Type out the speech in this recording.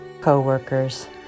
co-workers